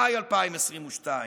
מאי 2022,